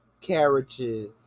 carriages